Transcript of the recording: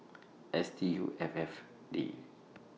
Stuff'd